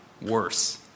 worse